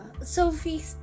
Sophie